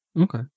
okay